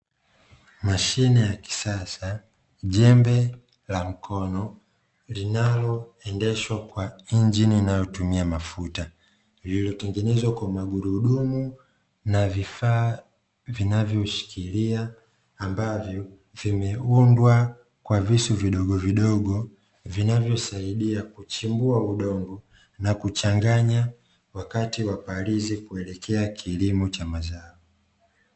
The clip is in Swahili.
Mashine ya kisasa, jembe la mkono, linaloendeshwa kwa injini inayotumia mafuta. Lililotengenezwa kwa magurudumu na vifaa vinavyoshikilia ambavyo vimeundwa kwa visu vidogovidogo, vinavyosaidia kuchimbua udongo na kuchanganya wakati wa palizi kuelekea kilimo cha mazao.